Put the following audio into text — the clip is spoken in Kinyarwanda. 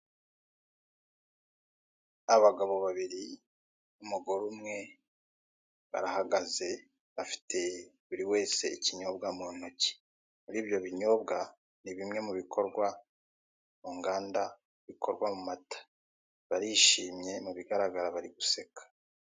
Abagabo babiri, umugore umwe barahagaze bafite buriwese ikinyobwa mu ntoki. Muri ibyo binyobwa ni bimwe mu bikorwa mu nganda bikorwa mu mata. Barishimye, mu bigaragara bari guseka.